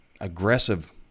aggressive